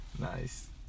Nice